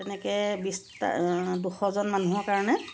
তেনেকৈ বিশটা দুশ জন মানুহৰ কাৰণে